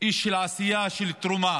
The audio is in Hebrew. איש של עשייה, של תרומה.